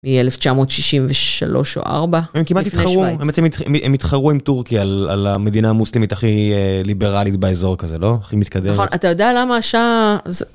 מ-1963 או 1964. הם כמעט התחרו, הם בעצם התחרו עם טורקיה על המדינה המוסלמית הכי ליברלית באזור כזה, לא? הכי מתקדמת. אתה יודע למה השאה...